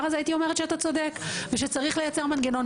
הזה הייתי אומרת שאתה צודק ושצריך לייצר מנגנון.